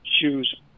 shoes